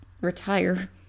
retire